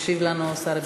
ישיב לנו שר הבינוי.